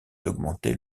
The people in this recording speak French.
d’augmenter